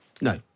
No